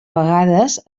vegades